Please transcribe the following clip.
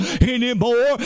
anymore